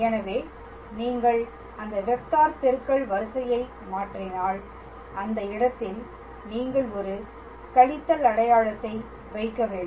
எனவே நீங்கள் அந்த வெக்டார் பெருக்கல் வரிசையை மாற்றினால் அந்த இடத்தில் நீங்கள் ஒரு கழித்தல் அடையாளத்தை வைக்க வேண்டும்